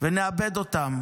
ונאבד אותם,